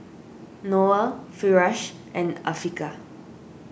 Noah Firash and Afiqah